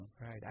Right